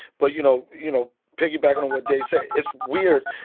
but, you know, you know piggybacking on what dave said, it's weird.